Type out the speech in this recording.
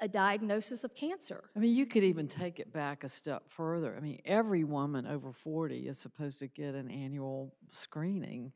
a diagnosis of cancer or you could even take it back a step further i mean every woman over forty is supposed to get an annual screening